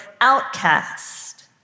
outcast